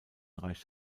reicht